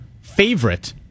favorite